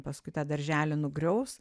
paskui tą darželį nugriaus